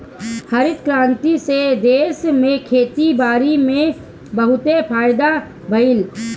हरित क्रांति से देश में खेती बारी में बहुते फायदा भइल